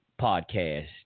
podcast